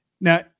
now